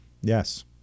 yes